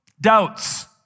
doubts